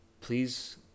please